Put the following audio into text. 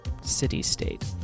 city-state